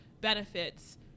benefits